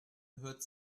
hört